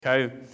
Okay